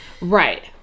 Right